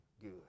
good